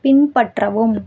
பின்பற்றவும்